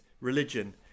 religion